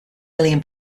million